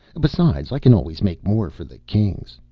besides, i can always make more for the kings.